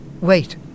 Wait